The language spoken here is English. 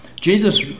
Jesus